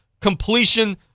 completion